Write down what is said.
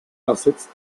ersetzt